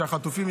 ושהחטופים,